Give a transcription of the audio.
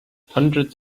hundreds